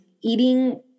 eating